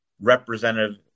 representative